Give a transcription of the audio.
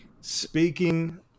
speaking